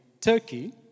Turkey